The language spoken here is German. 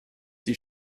sie